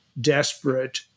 desperate